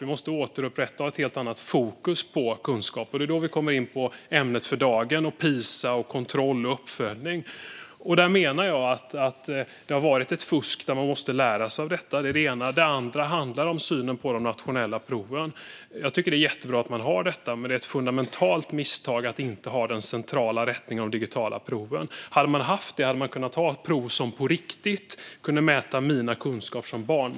Vi måste återupprätta och ha ett helt annat fokus på kunskap, och då kommer vi in på ämnet för dagen: Pisa, kontroll och uppföljning. Där menar jag att det har varit fusk och att man måste lära sig av det. Det var det ena. Det andra handlar om synen på de nationella proven. Jag tycker att det är jättebra att ha detta, men det är ett fundamentalt misstag att inte ha central rättning av de digitala proven. Om man hade haft det hade man kunnat ha prov som på riktigt kunnat mäta mina kunskaper som barn.